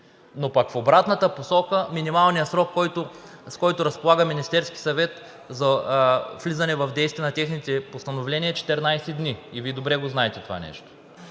но пък в обратната посока минималният срок, с който разполага Министерският съвет за влизане в действие на неговите постановления, е 14 дни и Вие добре го знаете това нещо.